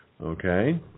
Okay